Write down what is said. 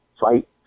fight